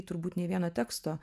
turbūt nė vieno teksto